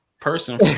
person